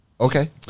Okay